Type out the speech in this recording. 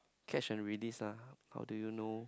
catch and release ah how do you know